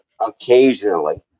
occasionally